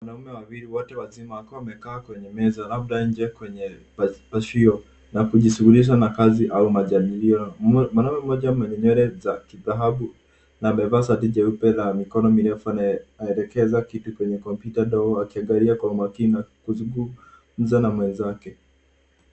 Wanaume wawili wote wazima wakiwa wamekaa kwenye meza labda nje kwenye pashio na kujishughulisha na kazi au majadilio. Mwanamme mmoja mwenye nywele za kidhababu amevaa shati jeupe na mikono mirefu na anaelekeza kiti kwenye kompyuta ndogo akiangalia kwa umakini na kuzungumza na mwenzake.